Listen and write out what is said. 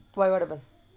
why what happened